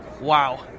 Wow